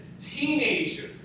teenager